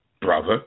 brother